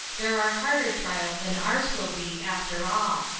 there are harder trials than ours will be, after all.